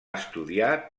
estudiar